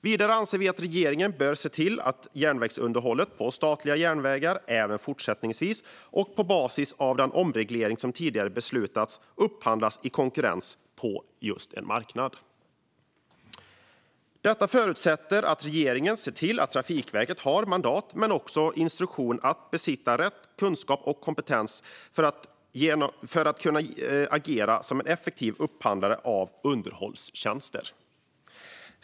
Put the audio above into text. Vidare anser vi att regeringen bör se till att järnvägsunderhåll av statliga järnvägar även fortsättningsvis och på basis av den omreglering som tidigare beslutats upphandlas i konkurrens på en marknad. Detta förutsätter att regeringen ger Trafikverket mandat och instruktion att besitta rätt kunskap och kompetens för att kunna agera som en effektiv upphandlare av underhållstjänster.